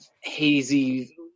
hazy